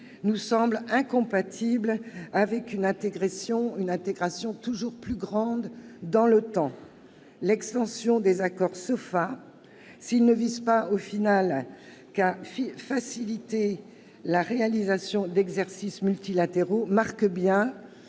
nous semble incompatible avec une intégration toujours plus grande dans l'OTAN. L'extension des accords SOFA- -, s'ils ne visent au final qu'à faciliter la réalisation d'exercices multilatéraux, marque bien